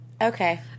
Okay